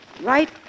Right